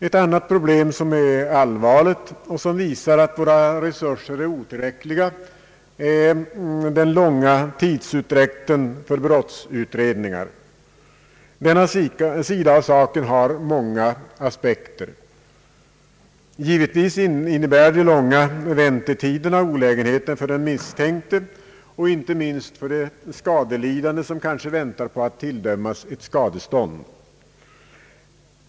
Ett annat problem som ter sig allvarligt och visar att våra resurser är otillräckliga är den långa tidsutdräkten när det gäller brottsutredningar. Denna sida av saken har många aspekter. Givetvis innebär de långa väntetiderna olägenheter för den misstänkte och inte minst för de skadelidande, som kanske väntar på att tilldömas skadestånd.